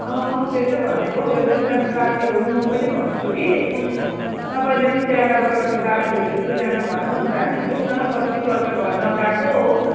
अँ त्यसै भनेकौ एकदुईजना साथीहरू पनि म पनि भन्छु कि तपाईँले पनि त्यहाँ तपाईँको साथीहरू एकदुईजना भन्नु अन्त हामी जाउन कति वर्ष भयो नगएको हो